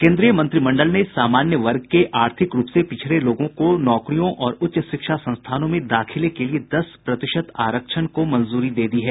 केंद्रीय मंत्रिमंडल ने सामान्य वर्ग के आर्थिक रूप से पिछड़े लोगों को नौकरियों और उच्च शिक्षा संस्थानों में दाखिले के लिए दस प्रतिशत आरक्षण को मंजूरी दे दी है